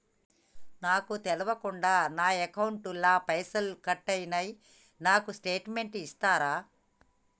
నాకు తెల్వకుండా నా అకౌంట్ ల పైసల్ కట్ అయినై నాకు స్టేటుమెంట్ ఇస్తరా?